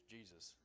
Jesus